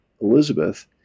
Elizabeth